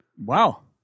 Wow